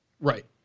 Right